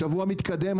השבוע מתקדם,